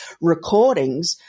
recordings